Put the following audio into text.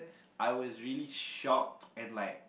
I was really shocked and like